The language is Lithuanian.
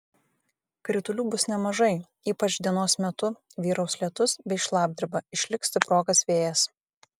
kritulių bus nemažai ypač dienos metu vyraus lietus bei šlapdriba išliks stiprokas vėjas